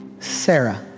Sarah